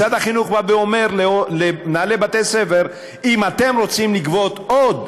משרד החינוך בא ואומר למנהלי בתי-הספר: אם אתם רוצים לגבות עוד,